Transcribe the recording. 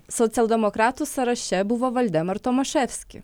socialdemokratų sąraše buvo valdemar tomaševski